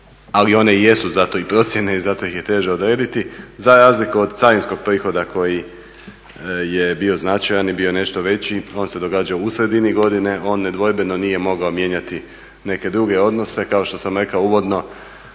ali one i jesu zato procjene i zato ih je teže odrediti, za razliku od carinskog prihoda koji je bio značajan i bio nešto veći. On se događa u sredini godine, on nedvojbeno nije mogao mijenjati neke druge odnose. Kao što sam rekao uvodno,